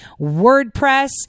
WordPress